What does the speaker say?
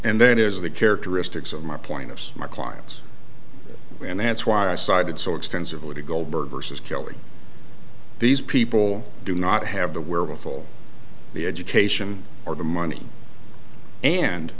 and then is the characteristics of my plaintiffs my clients and that's why i cited so extensively goldberg versus kelly these people do not have the wherewithal the education or the money and